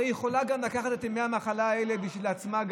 הרי היא יכולה לקחת את ימי המחלה האלה גם בשביל עצמה.